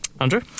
Andrew